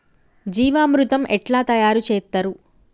జీవామృతం ఎట్లా తయారు చేత్తరు?